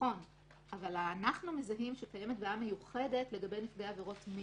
אבל אנחנו מזהים שקיימת בעיה מיוחדת לגבי נפגעי עבירות מין,